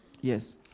Yes